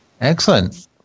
Excellent